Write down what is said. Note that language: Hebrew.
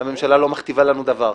הממשלה לא מכתיבה לנו דבר.